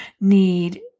need